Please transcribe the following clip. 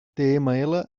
html